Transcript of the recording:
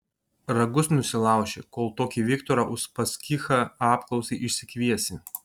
ragus nusilauši kol tokį viktorą uspaskichą apklausai išsikviesi